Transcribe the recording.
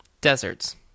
deserts